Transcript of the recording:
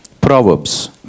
Proverbs